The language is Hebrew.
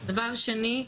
דבר שני,